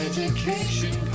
Education